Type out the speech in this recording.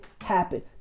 happen